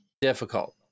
difficult